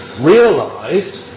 realized